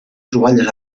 troballes